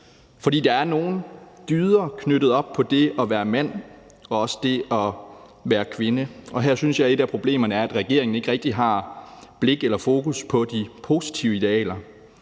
fordi der er nogle dyder knyttet op på det at være mand og også på det at være kvinde, og her synes jeg, at et af problemerne er, at regeringen ikke rigtig har blik eller fokus på de positive idealer,